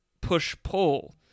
push-pull